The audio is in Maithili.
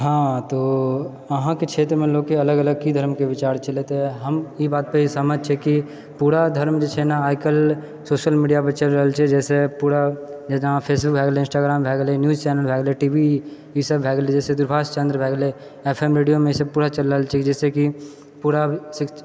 हाँ तो अहाँक क्षेत्रमे लोककेँ अलग अलग की धर्मके विचार छलै तऽ हम ई बातके समझि छै कि पूरा धर्म जे छै ने आइकाल्हि सोशल मीडिया पर चलि रहल छै जहिसँ पूरा जेना फेसबुक भए गेलै इन्सटाग्राम भए गेलै न्यूज चैनल भए गेलै टीवी ई सभ भए गेलै जाहिसँ दूरभाष केन्द्र भए गेलै एफ एम रेडियोमे से पूरा चलि रहल छै जाहिसँ कि पूरा शिक